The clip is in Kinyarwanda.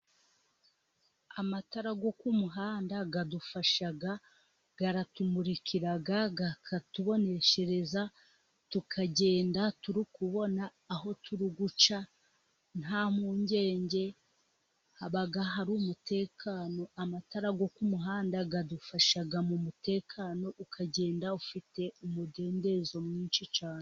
Amatara yo kumuhanda, adufasha aratumurikira akatuboneshereza, tukagenda turikubona aho turi guca, nta mpungenge haba hari umutekano, amatara yo k'umuhanda, adufasha mu mutekano, ukagenda ufite umudendezo, mwinshi cyane.